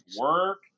work